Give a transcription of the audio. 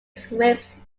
sweeps